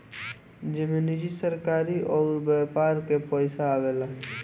जेमे निजी, सरकारी अउर व्यापार के पइसा आवेला